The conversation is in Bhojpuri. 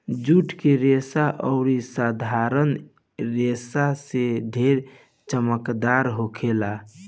जुट के रेसा अउरी साधारण रेसा से ढेर चमकदार होखेला